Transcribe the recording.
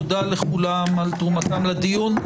תודה לכולם על תרומתם לדיון.